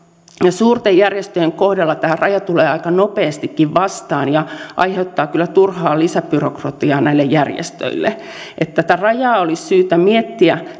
suurten järjestöjen kohdalla tämä raja tulee aika nopeastikin vastaan ja aiheuttaa kyllä turhaa lisäbyrokratiaa näille järjestöille että tätä rajaa olisi syytä miettiä